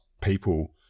people